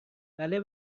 بله